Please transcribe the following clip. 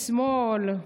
שמאל,